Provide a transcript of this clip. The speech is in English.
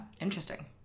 interesting